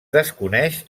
desconeix